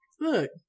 look